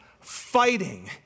fighting